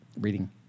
reading